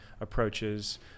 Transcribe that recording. approaches